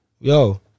Yo